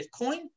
Bitcoin